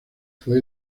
fue